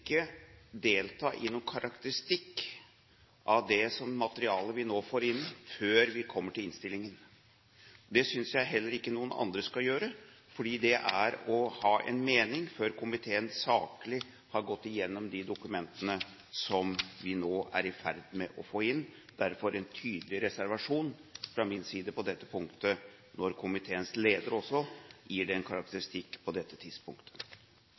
noen karakteristikk av det materialet som vi nå får inn, før vi kommer til innstillingen. Det synes jeg heller ikke noen andre skal gjøre, for det er å ha en mening før komiteen saklig har gått igjennom de dokumentene som vi nå er i ferd med å få inn. Derfor er det en tydelig reservasjon fra min side på dette punktet, når komiteens leder også gir det en karakteristikk på dette tidspunktet.